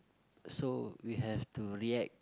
so we have to react